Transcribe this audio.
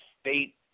state